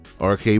RK